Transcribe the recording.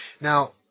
Now